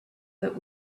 that